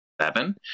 seven